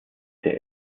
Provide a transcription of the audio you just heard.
der